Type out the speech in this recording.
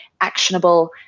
actionable